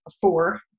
four